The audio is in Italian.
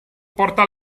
porta